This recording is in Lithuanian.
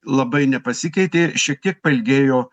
labai nepasikeitė šiek tiek pailgėjo